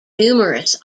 numerous